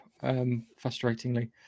frustratingly